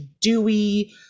dewy